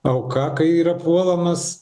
auka kai yra puolamas